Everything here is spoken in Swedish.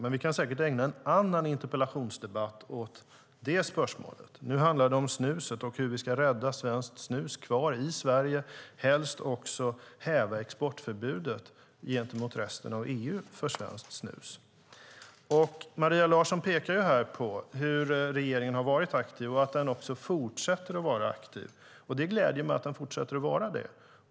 Vi kan dock säkert ägna en annan interpellationsdebatt åt det spörsmålet - nu handlar det om snuset och hur vi ska rädda svenskt snus kvar i Sverige samt helst också häva exportförbudet gentemot resten av EU för svenskt snus. Maria Larsson pekar på hur regeringen har varit aktiv och att den också fortsätter att vara aktiv. Det gläder mig att man fortsätter att vara det.